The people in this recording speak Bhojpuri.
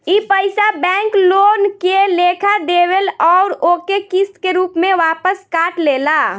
ई पइसा बैंक लोन के लेखा देवेल अउर ओके किस्त के रूप में वापस काट लेला